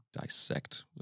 dissect